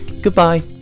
Goodbye